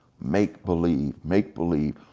make believe, make believe.